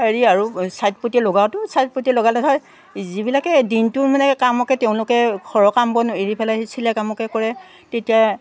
হেৰি আৰু চাইড পটীয়ে লগোৱাটো চাইড পটী লগালে হয় যিবিলাকে দিনটোৰ মানে কামকে তেওঁলোকে ঘৰৰ কাম বন এৰি পেলাই সেই চিলাই কামকে কৰে তেতিয়া